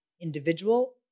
individual